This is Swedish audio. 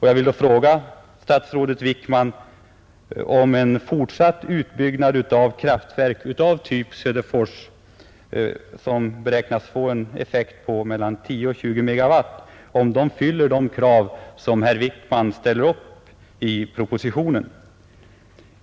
Jag vill då fråga statsrådet Wickman om en fortsatt utbyggnad av kraftverk av typ Söderfors, som beräknas få en effekt på mellan 10 och 20 MW, fyller de krav som herr Wickman ställer upp i propositionen.